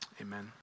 Amen